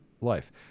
life